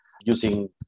using